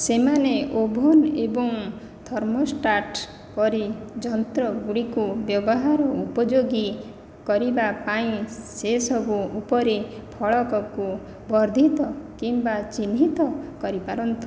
ସେମାନେ ଓଭନ୍ ଏବଂ ଥର୍ମୋଷ୍ଟାଟ୍ ପରି ଯନ୍ତ୍ରଗୁଡ଼ିକୁ ବ୍ୟବହାର ଉପଯୋଗୀ କରିବା ପାଇଁ ସେସବୁ ଉପରେ ଫଳକ କୁ ବର୍ଦ୍ଧିତ କିମ୍ବା ଚିହ୍ନିତ କରିପାରନ୍ତି